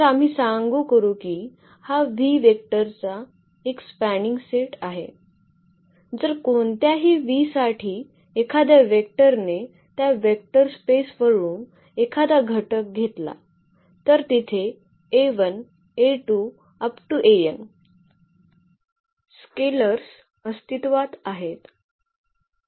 तर आम्ही सांगू करू की हा v वेक्टरचा एक स्पॅनिंग सेट आहे जर कोणत्याही v साठी एखाद्या वेक्टरने त्या वेक्टर स्पेस वरून एखादा घटक घेतला तर तिथे स्केलर्स अस्तित्त्वात आहेत